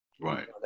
Right